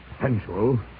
Sensual